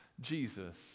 Jesus